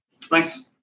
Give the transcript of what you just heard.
Thanks